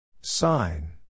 Sign